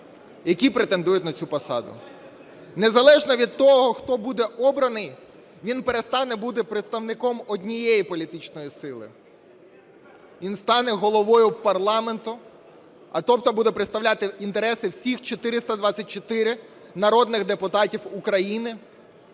які претендують на цю посаду. Незалежно від того, хто буде обраний, він перестане бути представником однієї політичної сили, він стане головою парламенту, а тобто буде представляти інтереси всіх 424 народних депутатів України,